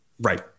Right